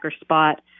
spot